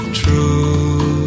true